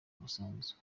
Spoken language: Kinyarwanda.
busanzwe